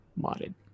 Modded